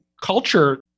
culture